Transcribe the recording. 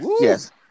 yes